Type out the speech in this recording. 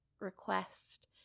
request